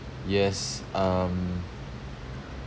yes um